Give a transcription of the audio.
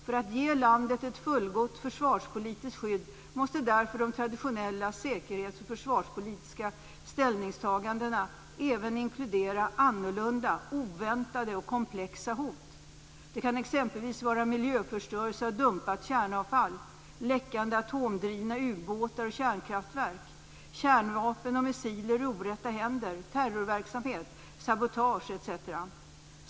För att ge landet ett fullgott försvarspolitiskt skydd måste därför de traditionella säkerhets och försvarspolitiska ställningstagandena även inkludera annorlunda, oväntade och komplexa hot. Det kan exempelvis vara miljöförstörelse av dumpat kärnavfall, läckande atomdrivna u-båtar och kärnkraftverk, kärnvapen och missiler i orätta händer, terrorverksamhet, sabotage etc.